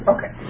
Okay